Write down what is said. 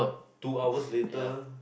two hours later